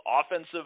offensive